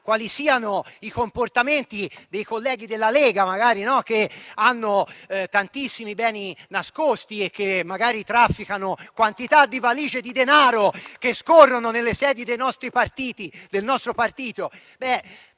quali siano i comportamenti dei colleghi della Lega, che hanno tantissimi beni nascosti e che magari trafficano quantità di valigie di denaro che scorre nelle sedi del nostro partito.